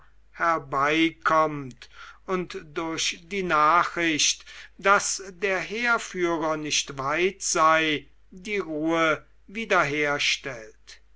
herbeikommt und durch die nachricht daß der heerführer nicht weit sei die ruhe wiederherstellt